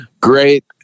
Great